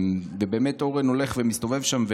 באמת אורן הולך ומסתובב שם.